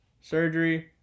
surgery